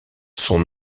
son